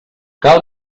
cal